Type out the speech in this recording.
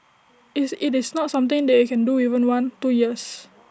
it's IT is not something that you can do within one two years